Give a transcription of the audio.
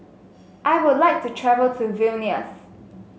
I would like to travel to Vilnius